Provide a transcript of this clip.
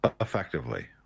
effectively